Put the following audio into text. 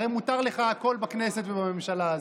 הרי מותר לך הכול בכנסת ובממשלה הזו,